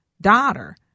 daughter